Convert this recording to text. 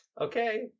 Okay